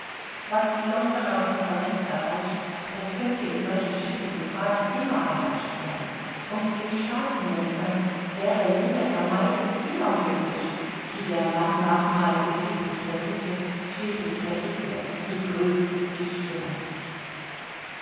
was die londoner konferenz erreicht das könnte in solchen strittigen fragen immer erreicht werden und den staatenlenkern wäre jene vermeidung immer möglich die der nachnachmalige friedrich iii friedrich der edle die größte pflicht genannt